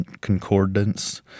Concordance